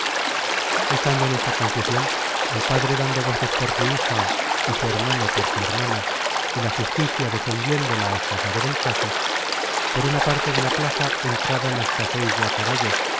estando en esta confusion el padre dando voces por su hija y su hermano por su hermana y la justicia defendiéndola hasta saber el caso por una parte de la plaza entraron hasta seis de á caballo